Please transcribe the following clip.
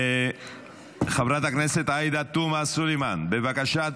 חברת הכנסת עאידה תומא סלימאן, בבקשה.